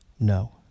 No